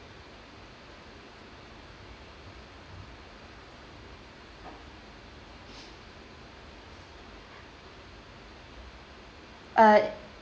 uh